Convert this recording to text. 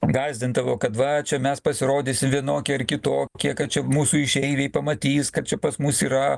gąsdindavo kad va čia mes pasirodysim vienokie ar kitokie kad čia mūsų išeiviai pamatys kad čia pas mus yra